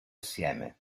assieme